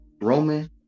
Roman